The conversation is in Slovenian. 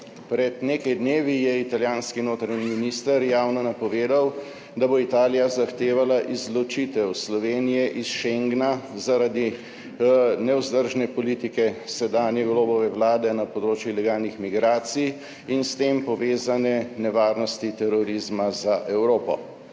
Pred nekaj dnevi je italijanski notranji minister javno napovedal, da bo Italija zahtevala izločitev Slovenije iz schengna zaradi nevzdržne politike sedanje Golobove vlade na področju ilegalnih migracij in s tem povezane nevarnosti terorizma za Evropo.